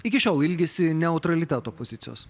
iki šiol ilgisi neutraliteto pozicijos